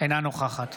אינה נוכחת